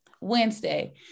Wednesday